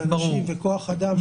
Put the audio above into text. אנשים וכוח אדם שצריך לתפעל.